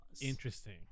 Interesting